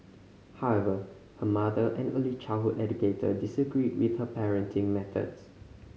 however her mother an early childhood educator disagreed with her parenting methods